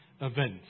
event